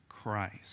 Christ